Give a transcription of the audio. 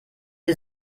sie